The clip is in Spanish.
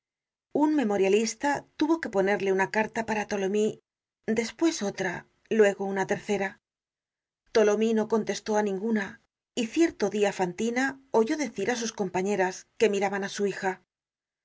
un memorialista tuvo que ponerle una carta para tholomyes despues otra luego una tercera tholomyes no contestó á ninguna y cierto dia fantina oyó decir á sus compañeras que miraban á su hija